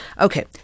Okay